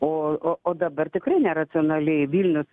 o o o dabar tikrai neracionaliai vilnius